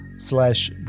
slash